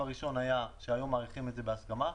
הראשון היה שהיום מאריכים את זה בהסכמה,